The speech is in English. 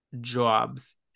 jobs